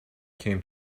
came